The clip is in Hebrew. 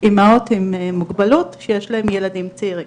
אימהות עם מוגבלות שיש להם ילדים צעירים.